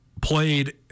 Played